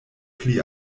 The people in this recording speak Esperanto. pli